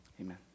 Amen